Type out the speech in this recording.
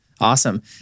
Awesome